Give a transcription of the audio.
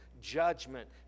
judgment